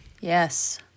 yes